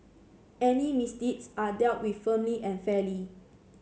any misdeeds are dealt with firmly and fairly